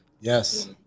Yes